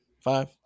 Five